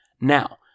Now